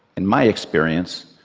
in my experience,